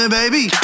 baby